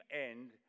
end